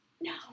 No